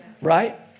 right